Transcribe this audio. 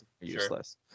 useless